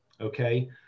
okay